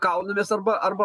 kaunamės arba arba